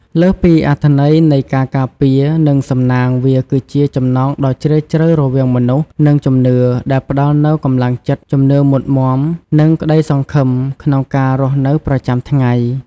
លើសពីអត្ថន័យនៃការការពារ និងសំណាង វាគឺជា ចំណងដ៏ជ្រាលជ្រៅរវាងមនុស្ស និងជំនឿ ដែលផ្តល់នូវ កម្លាំងចិត្ត ជំនឿមុតមាំ និងក្តីសង្ឃឹម ក្នុងការរស់នៅប្រចាំថ្ងៃ។